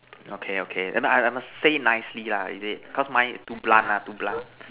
okay okay then I like must say nicely lah is it cause mine too blunt lah too blunt